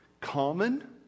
common